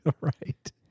Right